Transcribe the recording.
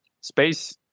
space